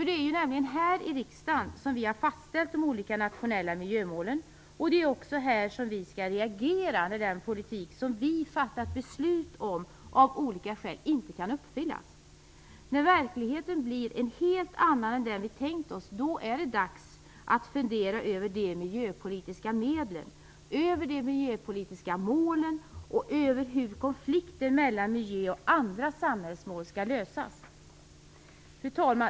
Det är ju nämligen här i riksdagen som vi har fastställt de olika nationella miljömålen, och det är också här vi skall reagera när den politik som vi fattat beslut om av olika skäl inte kan uppfyllas. När verkligheten blir en helt annan än den vi tänkt oss är det dags att fundera över de miljöpolitiska medlen, de miljöpolitiska målen och över hur konflikter mellan miljö och andra samhällsmål skall lösas. Fru talman!